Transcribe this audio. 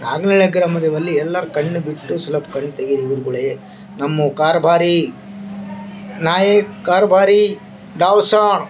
ಸಾರ್ವಜನಿಕರ ಮುಖದಲ್ಲಿ ಎಲ್ಲರ ಕಣ್ಣು ಬಿಟ್ಟು ಸೊಲ್ಪ ಕಣ್ಣು ತೆಗಿರಿ ನಮ್ಮ ಕಾರುಬಾರಿ ನಾಯಕೆ ಕಾರುಬಾರಿ ದವ್ಸಾ